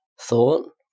thought